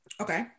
Okay